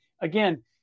Again